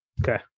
Okay